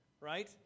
right